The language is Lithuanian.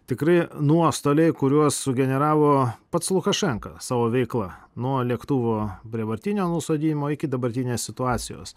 tikrai nuostoliai kuriuos sugeneravo pats lukašenka savo veikla nuo lėktuvo prievartinio nusodinimo iki dabartinės situacijos